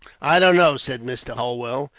i don't know, said mr. holwell.